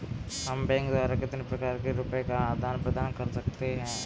हम बैंक द्वारा कितने प्रकार से रुपये का आदान प्रदान कर सकते हैं?